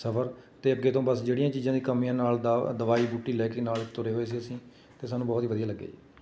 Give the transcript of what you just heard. ਸਫਰ 'ਤੇ ਅੱਗੇ ਤੋਂ ਬਸ ਜਿਹੜੀਆਂ ਚੀਜ਼ਾਂ ਦੀ ਕਮੀਆਂ ਨਾਲ ਦ ਦਵਾਈ ਬੂਟੀ ਲੈ ਕੇ ਨਾਲ ਤੁਰੇ ਹੋਏ ਸੀ ਅਸੀਂ ਅਤੇ ਸਾਨੂੰ ਬਹੁਤ ਹੀ ਵਧੀਆ ਲੱਗਿਆ ਜੀ